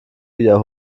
wieder